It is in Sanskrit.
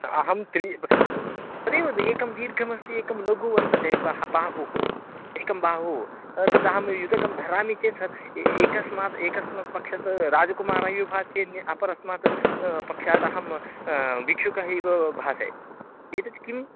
अहं त्रि तदेव एकः दीर्घोस्ति एकः लघुः वर्तते बह् बाहुः एकः बाहु तद् अहं युतकं धरामि चेत् स ए एकस्मात् एकस्मात् पक्षतः राजकुमारः इव भाति अन्य अपरस्मात् पक्षात् अहं भिक्षुकः इव भासते एतत् किम्